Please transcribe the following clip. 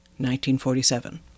1947